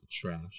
Trash